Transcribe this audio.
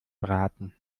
braten